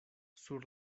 sur